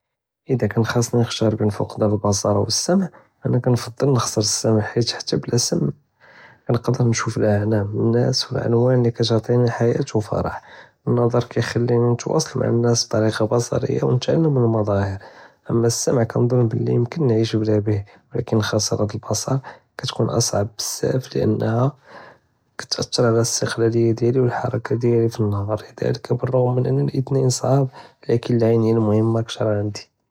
אידה קאן חסני נבחר בין פקדאן אלבסר או אסמע כנפעל נחסר אלאסמע חית חתא בלא אסמע נוקדר נשוף אלאנהאם, אלנאס וואלאונ לי כתעטיני חאיה ופארח. אלנזר קיחליני נתוואסל מעא אלנאס בטאריקה בصرية ונתעלם מן אלמזהר, אמא אלאסמע כנזן יכון נعيش בלא ביה לקין חסארת אלבסר כתכון אסעב בזאף לענא כתא'תיר עלא אלאסטיקלאליה דיאלי ואלחרקה דיאלי פנאהר לדאלאכ בלרغم מן אן אלאתנין סעאב לקין אלאעיינין מוחם כתר ענדי.